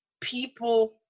people